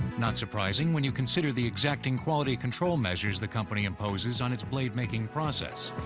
not surprising when you consider the exacting quality control measures the company imposes on its blade-making process.